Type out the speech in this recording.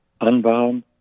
Unbound